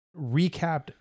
recapped